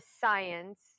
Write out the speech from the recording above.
science